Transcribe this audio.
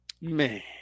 Man